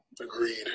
Agreed